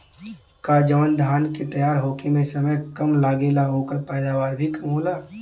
का जवन धान के तैयार होखे में समय कम लागेला ओकर पैदवार भी कम होला?